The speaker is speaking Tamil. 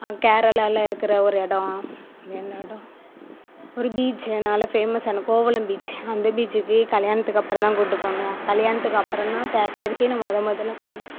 கேரளாவில இருக்கிற ஒரு எடம் என்ன எடம் ஒரு பீச்சு நல்லா பேமஸ்ஸான கோகுளம் பீச்சு அந்த பீச்சுக்கு கல்யாணத்துக்கு அப்புறம் தான் கூப்பிட்டு போனோம் கல்யாணத்துக்கு அப்புறம் தான் தேட்டருக்கே நான் முத முதல்ல போனேன்